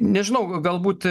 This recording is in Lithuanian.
nežinau galbūt